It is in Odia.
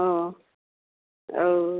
ହଁ ଆଉ